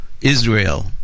Israel